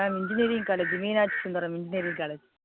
ma'am engineering college Meenakshi Sundaram engineering college